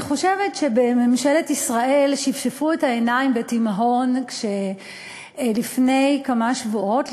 אני חושבת שבממשלת ישראל שפשפו את העיניים בתימהון כשלפני כמה שבועות,